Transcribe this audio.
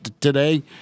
today